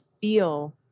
feel